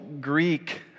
Greek